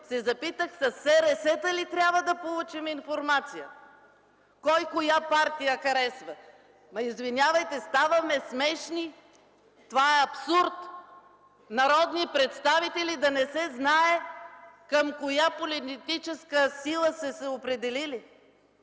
се запитах: със СРС-та ли трябва да получим информация кой коя партия харесва? Извинявайте, ставаме смешни! Това е абсурд – народни представители да не се знае към коя политическа сила са се определили!